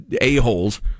a-holes